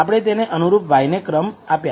આપણે તેને અનુરૂપ y ને ક્રમ આપ્યા